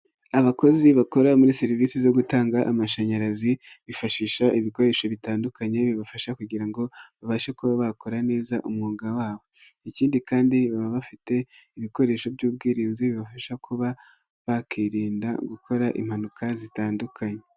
Abakozi bakora muri serivisi zo gutanga amashanyarazi bifashisha ibikoresho bitandukanye bibafasha kugira ngo babashe kuba bakora neza umwuga wabo, ikindi kandi baba bafite ibikoresho by'ubwirinzi bibafasha kuba bakirinda gukora impanuka zitandukanye.